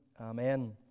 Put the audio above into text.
Amen